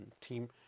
team